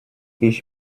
ich